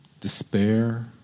Despair